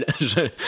je